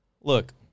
Look